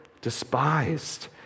despised